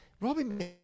Robin